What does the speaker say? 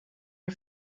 her